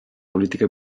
política